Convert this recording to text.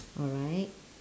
alright